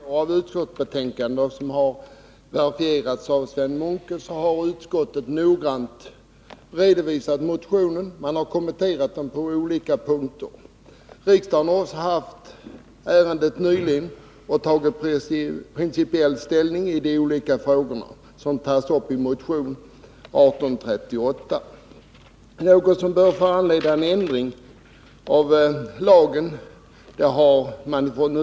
Herr talman! Utskottet har i betänkandet — och det har verifierats av Sven Munke — noggrant redovisat motionen och kommenterat den på olika punkter. Riksdagen har också nyligen haft ärendet uppe och därvid principiellt tagit ställning i de olika frågor som tas upp i motion 1838. Något som bör föranleda en ändring av lagen har utskottet inte funnit.